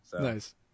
Nice